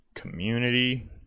community